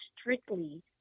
strictly